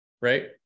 right